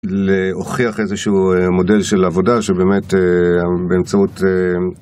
להוכיח איזשהו מודל של עבודה שבאמת באמצעות